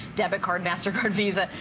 debit card, mastercard, visa.